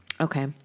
Okay